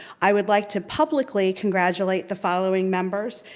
i would like to publicly congratulate the following members.